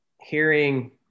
hearing